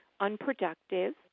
unproductive